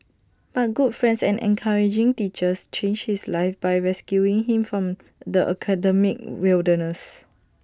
but good friends and encouraging teachers changed his life by rescuing him from the academic wilderness